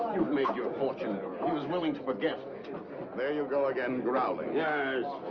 you've made your fortune. he was willing to forget! there you go again, growling. yes.